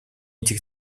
этих